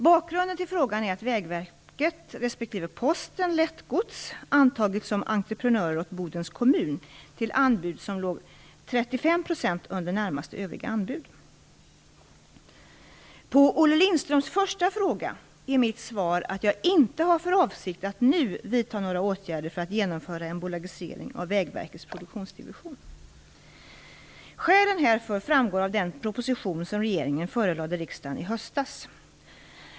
Bakgrunden till frågan är att Vägverket respektive På Olle Lindströms första fråga är mitt svar att jag inte har för avsikt att nu vidta några åtgärder för att genomföra en bolagisering av Vägverkets produktionsdivision. Skälen härför framgår av den proposition som regeringen förelade riksdagen i höstas.